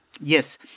yes